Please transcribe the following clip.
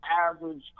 average